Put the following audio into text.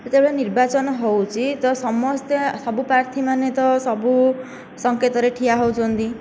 ଯେତବେଳେ ନିର୍ବାଚନ ହେଉଛି ତ ସମସ୍ତେ ସବୁ ପ୍ରାର୍ଥୀମାନେ ତ ସବୁ ସଙ୍କେତରେ ଠିଆ ହେଉଛନ୍ତି